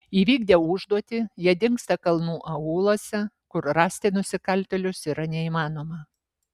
įvykdę užduotį jie dingsta kalnų aūluose kur rasti nusikaltėlius yra neįmanoma